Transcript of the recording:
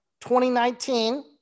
2019